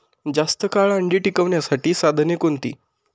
जास्त काळ अंडी टिकवण्यासाठी साधने कोणती?